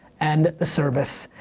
and the service,